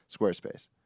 Squarespace